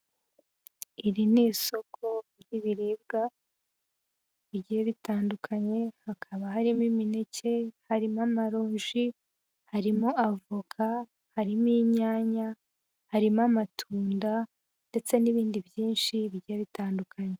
Iri ni isoko ry'ibiribwa bigiye bitandukanye, hakaba harimo imineke, harimo amaronji, harimo avoka, harimo inyanya, harimo amatunda ndetse n'ibindi byinshi bigiye bitandukanye